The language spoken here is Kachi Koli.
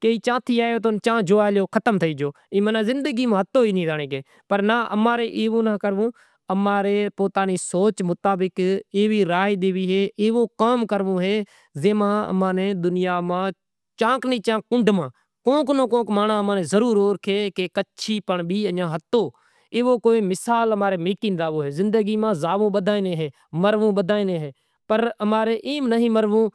کوئی دعوت آئے تو زایاں کوئی ننڑنداں نے گھرے زایاں